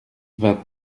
vingt